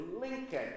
Lincoln